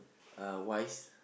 uh wise